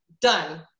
done